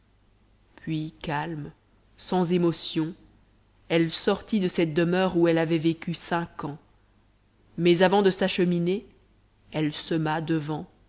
puis calme sans émotion elle sortit de cette demeure où elle avait vécu cinq ans mais avant de s'acheminer elle sema devant